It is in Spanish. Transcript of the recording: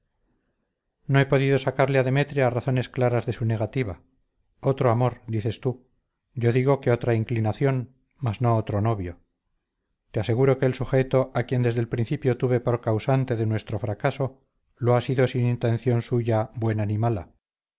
he podido sacarle a demetria razones claras de su negativa otro amor dices tú yo digo que otra inclinación mas no otro novio te aseguro que el sujeto a quien desde el principio tuve por causante de nuestro fracaso lo ha sido sin intención suya buena ni mala